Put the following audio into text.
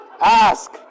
ask